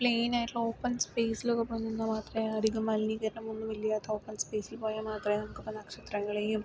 പ്ലൈനായിട്ട് open സ്പേസിലൊക്കെ പോകുന്നെങ്കിൽ മാത്രമെ അധികം മലിനീകരണം ഒന്നും ഇല്യാത്ത ഓപ്പൺ സ്പേസിൽ പോയാൽ മാത്രമെ നമുക്ക് ഇപ്പോൾ നക്ഷത്രങ്ങളേയും